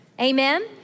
Amen